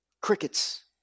crickets